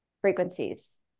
frequencies